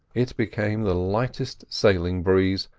it became the lightest sailing breeze,